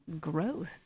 growth